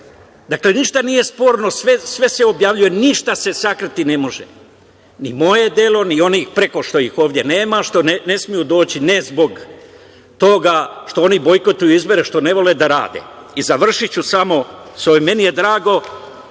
ništa nije sporno, sve se objavljuje, ništa se sakriti ne može. Ni moje delo, ni onih preko što ih ovde nema, što ne smeju doći, ne zbog toga što oni bojkotuju izbore, što ne vole da rade. Završiću samo, meni je drago